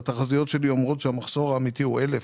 אבל התחזיות שלי אומרות שהמחסור האמיתי הוא 1,000,